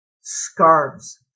scarves